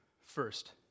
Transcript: First